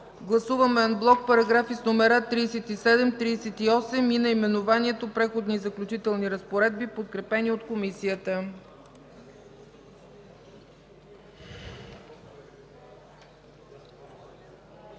Гласуваме анблок параграфи с номера 37, 38 и наименованието „Преходни и заключителни разпоредби”, подкрепени от Комисията.